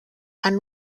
and